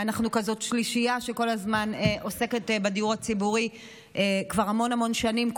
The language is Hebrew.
אנחנו כזאת שלישייה שכל הזמן עוסקת בדיור הציבורי כבר המון המון שנים.